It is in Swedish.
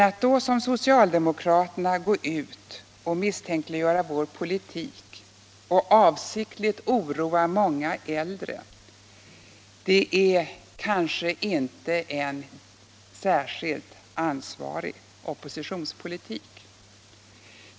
Att då som socialdemokraterna gå ut och misstänkliggöra vår politik och avsiktligt oroa många äldre är kanske inte en särskilt ansvarig oppositionspolitik.